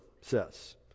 says